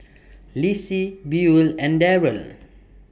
Lissie Buel and Darell